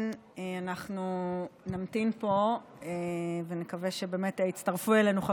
אני מזכיר לכולם שבעוד כ-20 דקות תכבד אותנו בנוכחות